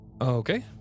Okay